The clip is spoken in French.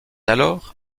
alors